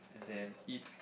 and then eat